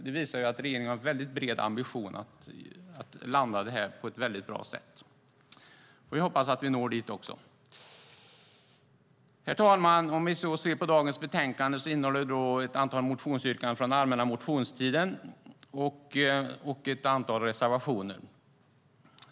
Det visar att regeringen har en väldigt hög ambition att landa bra. Jag hoppas att vi når dit. Herr talman! Dagens betänkande behandlar 34 motionsyrkanden från allmänna motionstiden och ett antal reservationer.